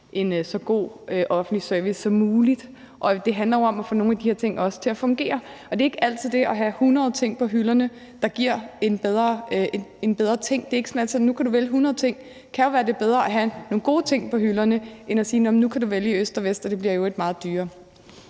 en så god offentlig service som muligt. Og det handler jo også om at få nogle af de her ting til at fungere. Det er ikke altid det at have hundrede ting på hylderne, der giver en bedre ting; det er ikke sådan, hvis nu du kan vælge hundrede ting. Det kan jo være, at det er bedre at have nogle gode ting på hylderne end at sige, at nu kan du vælge i øst og vest og det i øvrigt bliver meget dyrere.